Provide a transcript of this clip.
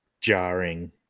jarring